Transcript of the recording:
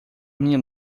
minha